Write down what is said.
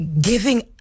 Giving